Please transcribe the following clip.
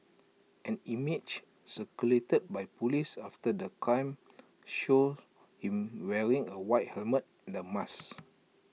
an image circulated by Police after the crime showed him wearing A white helmet and A mask